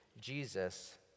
Jesus